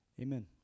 Amen